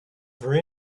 for